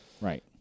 Right